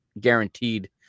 guaranteed